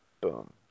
Boom